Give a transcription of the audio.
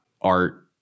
art